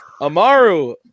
Amaru